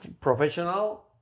professional